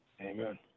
Amen